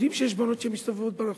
יודעים שיש בנות שמסתובבות ברחוב,